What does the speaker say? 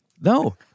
No